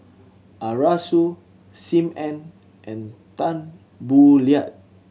Arasu Sim Ann and Tan Boo Liat